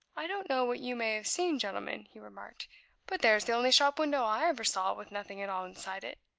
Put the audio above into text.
i don't know what you may have seen, gentlemen, he remarked but there's the only shop window i ever saw with nothing at all inside it.